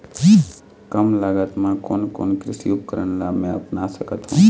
कम लागत मा कोन कोन कृषि उपकरण ला मैं अपना सकथो?